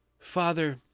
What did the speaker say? Father